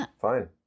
Fine